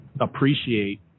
appreciate